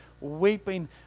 weeping